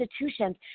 institutions